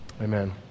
amen